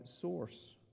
source